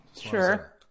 Sure